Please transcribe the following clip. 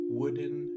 wooden